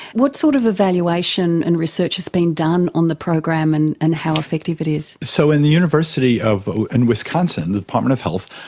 what sort of evaluation and research has been done on the program and and how effective it is? so in the university in and wisconsin, the department of health,